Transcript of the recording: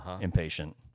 impatient